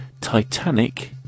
Titanic